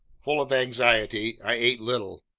full of anxiety, i ate little.